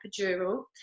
epidural